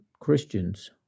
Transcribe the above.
Christians